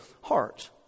heart